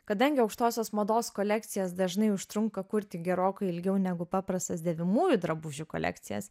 kadangi aukštosios mados kolekcijas dažnai užtrunka kurti gerokai ilgiau negu paprastas dėvimųjų drabužių kolekcijas